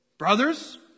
Brothers